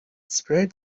spread